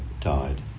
died